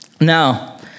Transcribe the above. Now